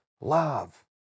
love